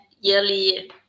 yearly